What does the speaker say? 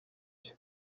byo